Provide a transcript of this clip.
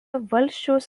valsčiaus